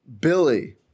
Billy